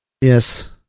Yes